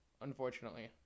Unfortunately